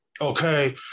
Okay